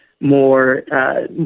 More